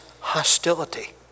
hostility